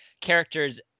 Characters